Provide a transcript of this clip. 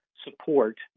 Support